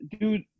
Dude